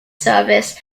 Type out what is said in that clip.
service